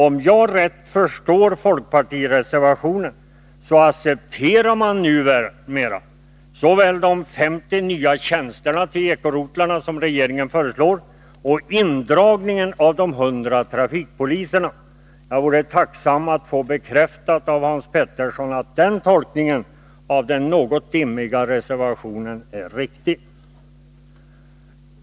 Om jag rätt förstår folkpartireservationen, accepterar man numera såväl de 50 nya tjänster till eko-rotlarna som regeringen föreslår som indragningen av 100 trafikpoliser. Jag vore tacksam för att få bekräftat av Hans Petersson i Röstånga att den tolkningen av den något dimmiga reservationen är riktig.